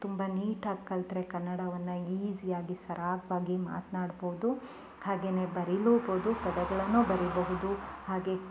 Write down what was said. ತುಂಬ ನಿಟಾಗಿ ಕಲಿತ್ರೆ ಕನ್ನಡವನ್ನು ಈಜಿಯಾಗಿ ಸರಾಗವಾಗಿ ಮಾತನಾಡ್ಬೋದು ಹಾಗೇ ಬರಿಲುಬೋದು ಪದಗಳನ್ನು ಬರೀಬಹುದು ಹಾಗೆ